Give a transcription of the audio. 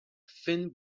thin